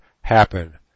happen